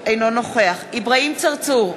אינו נוכח אברהים צרצור,